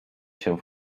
się